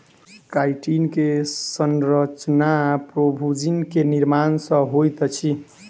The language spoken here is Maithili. काइटिन के संरचना प्रोभूजिन के निर्माण सॅ होइत अछि